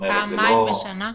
פעמיים בשנה?